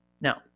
Now